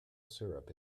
syrup